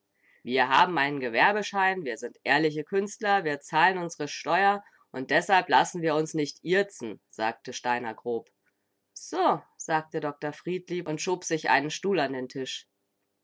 wir haben ein'n gewerbeschein wir sind ehrliche künstler wir zahlen unsre steuer und deshalb lassen wir uns nicht ihrzen sagte steiner grob so sagte dr friedlieb und schob sich einen stuhl an den tisch